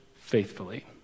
faithfully